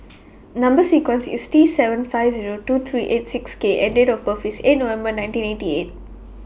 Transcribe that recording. Number sequence IS T seven five Zero two three eight six K and Date of birth IS eight November nineteen eighty eight